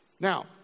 Now